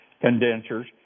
condensers